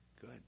Good